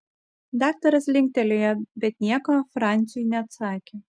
daktaras linktelėjo bet nieko franciui neatsakė